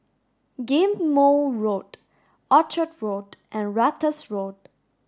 Ghim Moh Road Orchard Road and Ratus Road